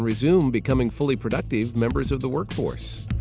resume becoming fully productive members of the workforce.